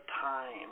time